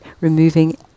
removing